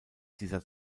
dieser